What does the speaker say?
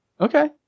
Okay